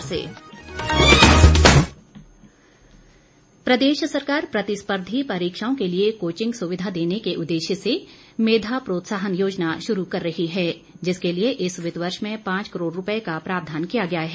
जयराम प्रदेश सरकार प्रतिस्पर्धी परीक्षाओं के लिए कोचिंग सुविधा देने के उद्देश्य से मेधा प्रोत्साहन योजना शुरू कर रही है जिसके लिए इस वित्त वर्ष में पांच करोड़ रुपए का प्रावधान किया गया है